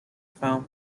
found